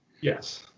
Yes